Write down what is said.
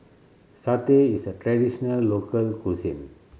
satay is a traditional local cuisine